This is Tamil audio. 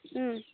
ம்